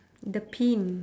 the pin